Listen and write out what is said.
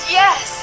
yes